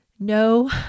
No